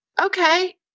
okay